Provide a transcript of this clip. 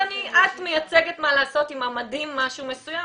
את מייצגת עם המדים משהו מסוים.